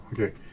okay